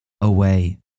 away